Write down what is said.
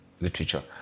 literature